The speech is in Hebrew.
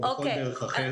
או בכל דרך אחרת.